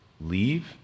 leave